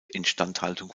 instandhaltung